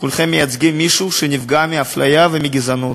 כולכם מייצגים מישהו שנפגע מאפליה ומגזענות.